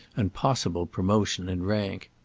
and possible promotion in rank.